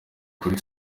kuli